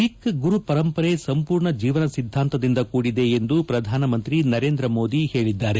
ಸಿಖ್ ಗುರು ಪರಂಪರೆ ಸಂಪೂರ್ಣ ಜೀವನ ಸಿದ್ದಾಂತದಿಂದ ಕೂಡಿದೆ ಎಂದು ಪ್ರಧಾನಮಂತ್ರಿ ನರೇಂದ್ರಮೋದಿ ಹೇಳದ್ದಾರೆ